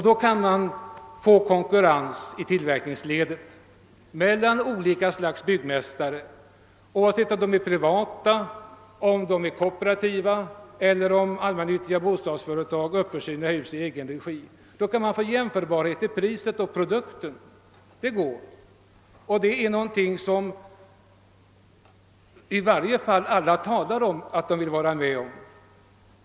Då kan man åstadkomma konkurrens i tillverkningsledet mellan olika slags byggmästare, oavsett om de är privata eller kooperativa eller om det rör sig om allmännyttiga bostadsföretag som uppför hus i egen regi. I sådana fall kan man få jämförbarhet i fråga om pris och produkt och samtliga säger i alla fall att de vill vara med om detta.